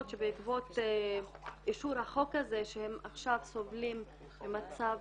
שבעקבות אישור החוק הזה שהם עכשיו סובלים ממצב